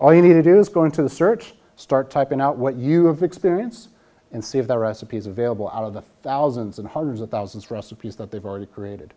all you need to do is going to the search start typing out what you have the experience and see if the recipes available out of the thousands and hundreds of thousands recipes that they've already created